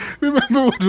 Remember